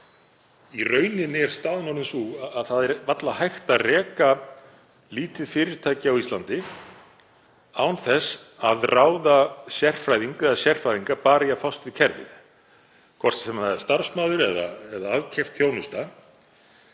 Í rauninni er staðan orðin sú að varla er hægt að reka lítið fyrirtæki á Íslandi án þess að ráða sérfræðing eða sérfræðinga bara í að fást við kerfið. Hvort sem það er starfsmaður eða aðkeypt þjónusta